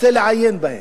אני רוצה לעיין בה,